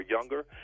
younger